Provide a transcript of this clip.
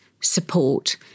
support